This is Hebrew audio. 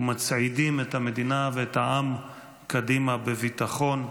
ומצעידים את המדינה ואת העם קדימה בביטחון,